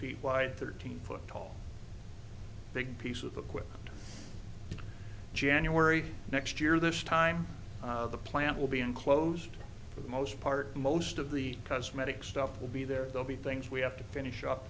feet wide thirteen foot tall big piece of a quick january next year this time the plant will be enclosed for the most part most of the cosmetic stuff will be there they'll be things we have to finish up